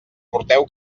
porteu